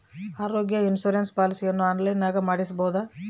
ಆರೋಗ್ಯ ಇನ್ಸುರೆನ್ಸ್ ಪಾಲಿಸಿಯನ್ನು ಆನ್ಲೈನಿನಾಗ ಮಾಡಿಸ್ಬೋದ?